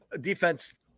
defense